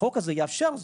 החוק הזה יאפשר זאת.